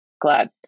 glad